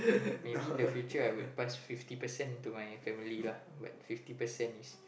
maybe in the future I would past fifty percent to my family lah but fifty percent is